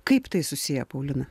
kaip tai susiję paulina